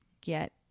get